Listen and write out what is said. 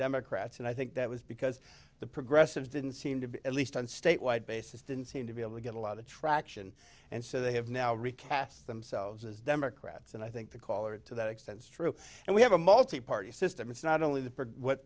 democrats and i think that was because the progressives didn't seem to be at least on statewide basis didn't seem to be able to get a lot of traction and so they have now recast themselves as democrats and i think the caller to that extent is true and we have a multi party system it's not only the